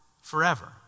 forever